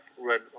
red